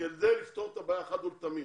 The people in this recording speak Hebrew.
כדי לפתור את הבעיה אחת ולתמיד.